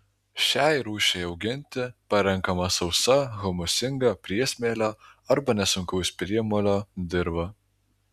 šiai rūšiai auginti parenkama sausa humusingą priesmėlio arba nesunkaus priemolio dirva